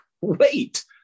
Wait